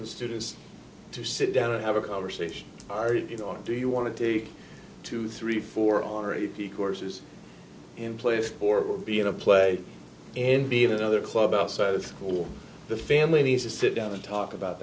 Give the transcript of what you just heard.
and students to sit down and have a conversation are you know do you want to take two three four on or a p courses in place for b in a play and b that other club outside of school the family needs to sit down and talk about